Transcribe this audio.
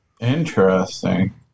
Interesting